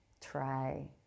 try